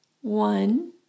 One